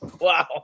Wow